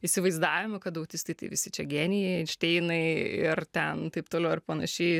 įsivaizdavimo kad autistai tai visi čia genijai einšteinai ir ten taip toliau ir panašiai